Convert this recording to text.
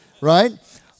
right